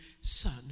son